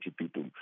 people